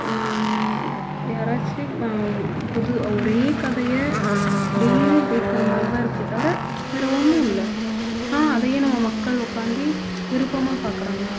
யாராச்சும் புது ஒரே கதையை டெய்லியும் பேசுகிற மாதிரி தான் இருக்கே தவிர வேறு ஒன்றும் இல்லை ஆனால் அதையே மக்கள் உக்காந்தி விருப்பமாக பார்க்குறாங்க